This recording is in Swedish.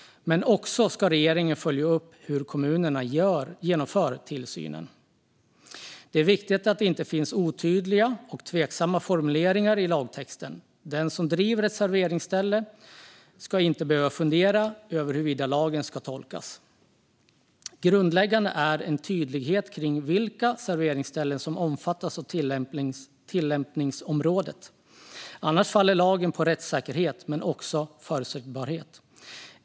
Men regeringen ska också följa upp hur kommunerna genomför tillsynen. Det är viktigt att det inte finns otydliga eller tveksamma formuleringar i lagtexten. Den som driver ett serveringsställe ska inte behöva fundera över hur lagen ska tolkas. Grundläggande är en tydlighet kring vilka serveringsställen som omfattas av tillämpningsområdet; annars faller lagen i fråga om rättssäkerhet men också förutsebarhet.